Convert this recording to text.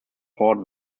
port